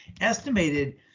estimated